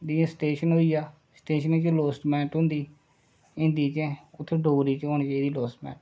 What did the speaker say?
एह् स्टेशन होइया स्टेशन दी लौसमेंट होंदी हिंदी च उत्थै डोगरी च होनी चाहिदी लौसमेंट